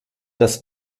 das